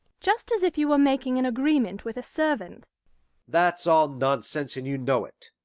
just as if you were making an agreement with a servant that's all nonsense, and you know it.